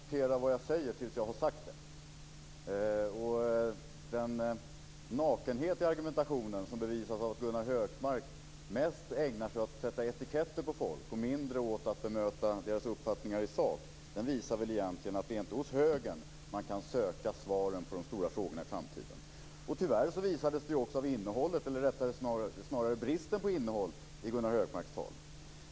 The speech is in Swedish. Fru talman! Gunnar Hökmark kanske borde vänta med att kommentera vad jag säger tills jag har sagt det. Den nakenhet i argumentationen som bevisas av att Gunnar Hökmark mer ägnar sig åt att sätta etiketter på folk och mindre åt att bemöta deras uppfattningar i sak visar väl egentligen att det inte är hos Högern man kan söka svaren på de stora frågorna i framtiden. Tyvärr visade det sig också av innehållet, eller snarare bristen på innehåll, i Gunnar Hökmarks tal.